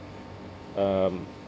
um